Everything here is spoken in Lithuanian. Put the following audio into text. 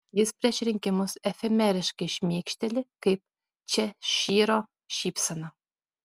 jis prieš rinkimus efemeriškai šmėkšteli kaip češyro šypsena